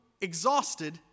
exhausted